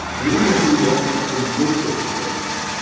we know who you are in good circumstances,